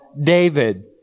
David